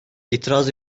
itiraz